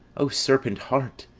o serpent heart,